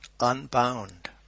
unbound